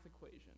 equation